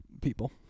people